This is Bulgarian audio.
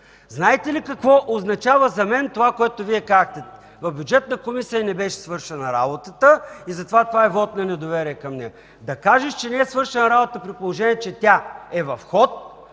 Знаете ли какво означава за мен това, което Вие казахте: „В Бюджетната комисия не беше свършена работата и по тази причина това е вот на недоверие”? Да кажеш, че не е свършена работата, при положение че тя е в ход,